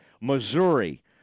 Missouri